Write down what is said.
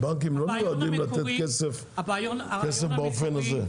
הבנקים לא נועדו לתת כסף באופן הזה.